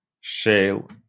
shale